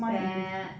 !chey!